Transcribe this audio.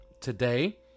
today